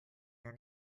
your